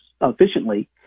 efficiently